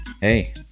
hey